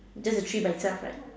just a tree by itself right